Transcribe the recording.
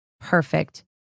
Perfect